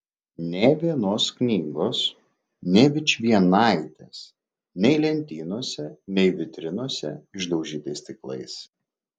nė vienos knygos nė vičvienaitės nei lentynose nei vitrinose išdaužytais stiklais